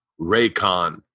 Raycon